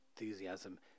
enthusiasm